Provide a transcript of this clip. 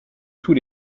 tous